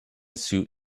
suit